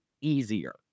easier